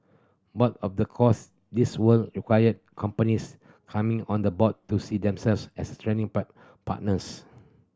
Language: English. but of the course this would require companies coming on the board to see themselves as training partners